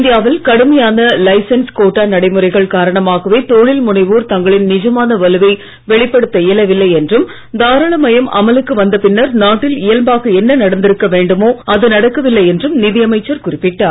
இந்தியாவில் கடுமையான license quota நடைமுறைகள் காரணமாகவே தொழில் முனைவோர் தங்களின் நிஜமான வலுவை வெளிப்படுத்த இயலவில்லை என்றும் தாராளமயம் அமலுக்கு வந்த பின்னர் நாட்டில் இயல்பாக என்ன நடந்திருக்க வேண்டுமோ அது நடக்கவில்லை என்றும் நிதி அமைச்சர் குறிப்பிட்டார்